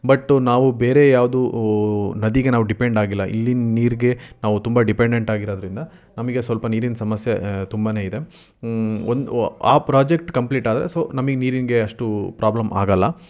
but ನಾವು ಬೇರೆ ಯಾವುದೂ ನದಿಗೆ ನಾವು ಡಿಪೆಂಡ್ ಆಗಿಲ್ಲ ಇಲ್ಲಿ ನೀರಿಗೆ ನಾವು ತುಂಬ ಡಿಪೆಂಡೆಂಟ್ ಆಗಿರೋದರಿಂದ ನಮಗೆ ಸ್ವಲ್ಪ ನೀರಿನ ಸಮಸ್ಯೆ ತುಂಬಾ ಇದೆ ಒಂದು ಆ ಪ್ರಾಜೆಕ್ಟ್ ಕಂಪ್ಲೀಟ್ ಆದರೆ ಸೊ ನಮಗೆ ನೀರಿಗೆ ಅಷ್ಟು ಪ್ರಾಬ್ಲಮ್ ಆಗೋಲ್ಲ